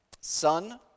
Son